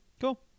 Cool